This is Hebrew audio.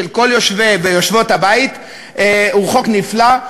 של כל יושבי ויושבות הבית הוא חוק נפלא.